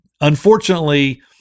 unfortunately